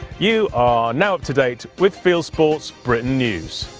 you are now up to date with fieldsports britain news.